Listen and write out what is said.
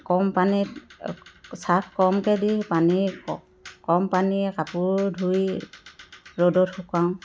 কম পানীত চাৰ্ফ কমকৈ দি পানী কম পানীয়ে কাপোৰ ধুই ৰ'দত শুকাওঁ